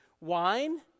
Wine